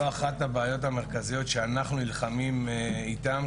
זו אחת הבעיות המרכזיות שאנחנו נלחמים איתן,